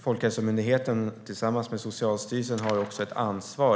Folkhälsomyndigheten har tillsammans med Socialstyrelsen också ett ansvar.